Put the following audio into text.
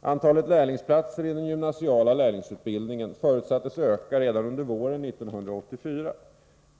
Antalet lärlingsplatser i den gymnasiala lärlingsutbildningen förutsattes öka redan under våren 1984.